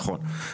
נכון.